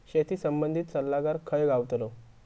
शेती संबंधित सल्लागार खय गावतलो?